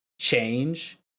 change